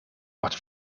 wordt